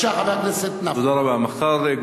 חבר הכנסת נפאע, בבקשה.